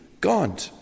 God